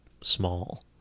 small